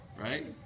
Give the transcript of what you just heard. Right